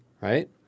Right